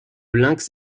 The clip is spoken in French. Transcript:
lynx